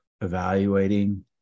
evaluating